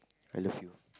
I love you